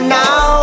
now